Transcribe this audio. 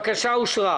הבקשה אושרה.